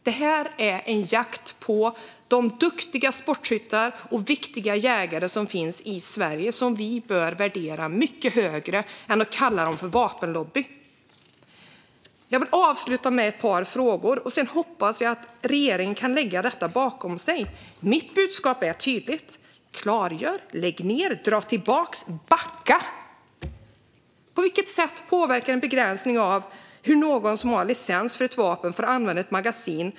Det här är en jakt på de duktiga sportskyttar och viktiga jägare som finns i Sverige och som vi bör värdera mycket högre än att kalla dem för vapenlobby. Jag vill avsluta med ett par frågor, och sedan hoppas jag att regeringen kan lägga detta bakom sig. Mitt budskap är tydligt: Klargör, lägg ned, dra tillbaka och backa! På vilket sätt påverkas gängkriminella av en begränsning av hur någon som har licens för ett vapen får använda ett magasin?